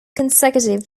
consecutive